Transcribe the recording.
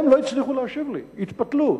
הם לא הצליחו להשיב לי, התפתלו.